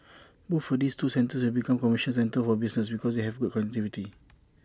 both for these two centres will become commercial centres for business because they have good connectivity